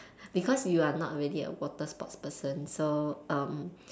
because you are not really a water sports person so um